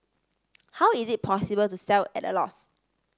how is it possible to sell at a loss